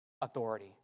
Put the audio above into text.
Authority